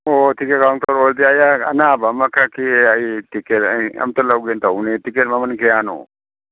ꯑꯣ ꯀꯩ ꯀꯩ ꯔꯥꯎꯟ ꯇꯧꯔꯛꯑꯣ ꯍꯥꯏꯒꯦ ꯑꯩ ꯑꯅꯥꯕ ꯑꯃꯈꯛꯀꯤ ꯑꯩ ꯇꯤꯀꯦꯠ ꯑꯩ ꯑꯝꯇ ꯂꯧꯒꯦ ꯇꯧꯕꯅꯤ ꯇꯤꯀꯦꯠ ꯃꯃꯟ ꯀꯌꯥꯅꯣ